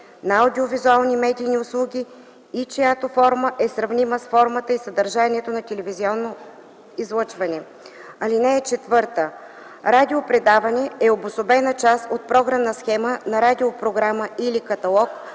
на адуио-визуални медийни услуги и чиято форма е сравнима с формата и съдържанието на телевизионно излъчване. (4) Радио предаване е обособена част от програмна схема на радиопрограма или каталог,